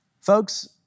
Folks